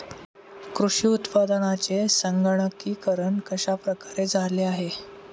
कृषी उत्पादनांचे संगणकीकरण कश्या प्रकारे झाले आहे?